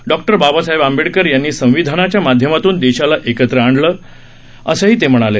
doctor Babasaheb Ambedkar यांनी संविधानाच्या माध्यमातून देशाला एकत्र आणलं असं ते म्हणाले